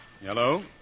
Hello